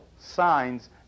signs